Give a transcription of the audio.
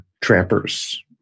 trappers